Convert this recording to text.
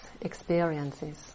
experiences